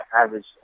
average